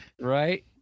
Right